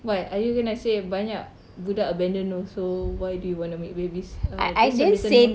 why are you gonna say banyak budak abandon also why do you want to make babies uh guess I better not